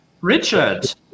richard